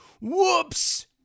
Whoops